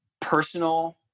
personal